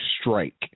strike